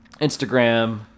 Instagram